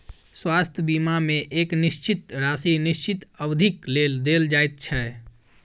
स्वास्थ्य बीमा मे एक निश्चित राशि निश्चित अवधिक लेल देल जाइत छै